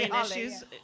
issues